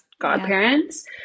godparents